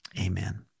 Amen